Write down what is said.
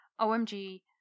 OMG